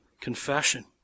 confession